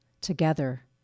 together